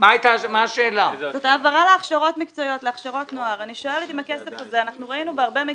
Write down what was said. את התחבורה אנחנו לא מעבירים,